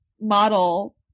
model